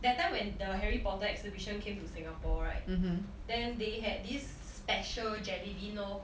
that time when the Harry Potter exhibition came to singapore right then they had this special jellybean lor